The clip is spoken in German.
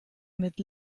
mit